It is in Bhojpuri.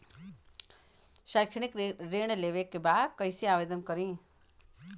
शैक्षिक ऋण लेवे के बा कईसे आवेदन करी?